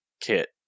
kit